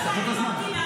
תעצור את הזמן.